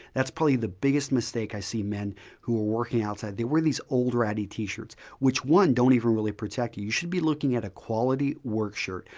thatis probably the biggest mistake i see men who are working outside. they wear this older ruddy t-shirts which one doesnit even really protect you. you should be looking at a quality work shirt,